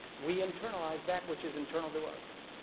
we internalize that which is internal to us.